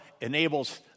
enables